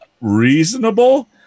reasonable